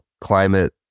climate